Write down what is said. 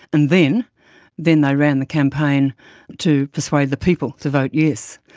and then then they ran the campaign to persuade the people to vote yes.